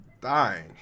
dying